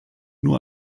nur